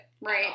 Right